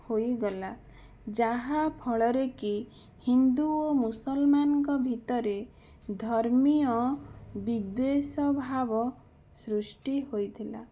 ହୋଇଗଲା ଯାହାଫଳରେକି ହିନ୍ଦୁ ଓ ମୁସଲ୍ମାନ୍ଙ୍କ ଭିତରେ ଧର୍ମୀୟ ବିଦ୍ଵେଷଭାବ ସୃଷ୍ଟି ହୋଇଥିଲା